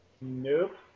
Nope